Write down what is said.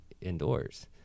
indoors